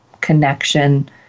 connection